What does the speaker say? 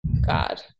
God